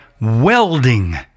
welding